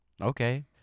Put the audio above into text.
Okay